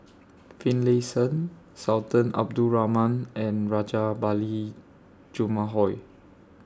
Finlayson Sultan Abdul Rahman and Rajabali Jumabhoy